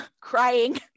crying